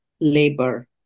labor